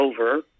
over